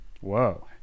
Whoa